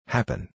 Happen